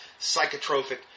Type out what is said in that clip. psychotropic